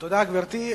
תודה, גברתי.